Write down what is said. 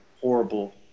horrible